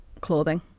clothing